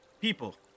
people